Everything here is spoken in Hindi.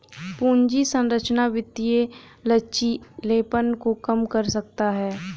पूंजी संरचना वित्तीय लचीलेपन को कम कर सकता है